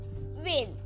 win